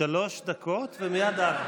שלוש דקות ומייד את.